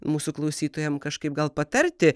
mūsų klausytojams kažkaip gal patarti